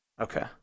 okay